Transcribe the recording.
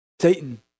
Satan